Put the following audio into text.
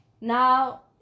Now